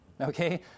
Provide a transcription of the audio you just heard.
okay